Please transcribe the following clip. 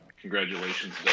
Congratulations